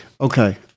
Okay